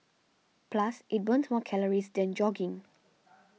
plus it burns more calories than jogging